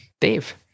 Dave